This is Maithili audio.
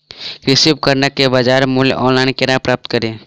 कृषि उपकरण केँ बजार मूल्य ऑनलाइन केना प्राप्त कड़ी?